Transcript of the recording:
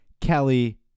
Kelly